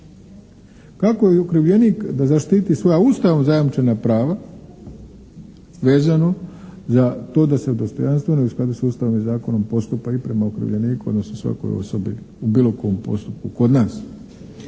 Kako i okrivljenik da zaštiti svoja Ustavom zajamčena prava vezano za to da se u dostojanstveno i u skladu s Ustavom i zakonom postupa i prema okrivljeniku odnosno svakoj osobi u bilo kom postupku kod nas.